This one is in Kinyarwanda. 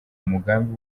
umugambi